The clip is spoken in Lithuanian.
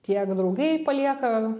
tiek draugai palieka